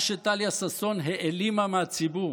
מה שטליה ששון העלימה מהציבור